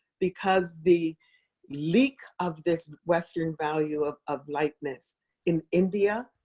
because the leak of this western value of of lightness in india